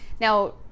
Now